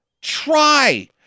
Try